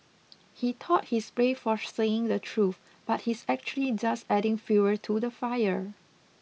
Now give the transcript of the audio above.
he thought he's brave for saying the truth but he's actually just adding fuel to the fire